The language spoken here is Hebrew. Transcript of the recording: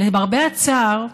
למרבה הצער,